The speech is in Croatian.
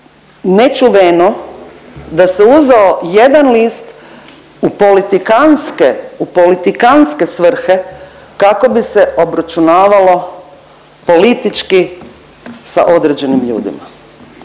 nečuveno da se uzeo jedan list u politikantske, u politikantske svrhe kako bi se obračunavalo politički sa određenim ljudima.